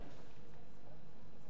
זה אומר, חברי הכנסת,